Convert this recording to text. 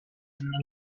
and